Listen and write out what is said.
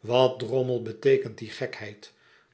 wat droinmelbeteekent die gekheid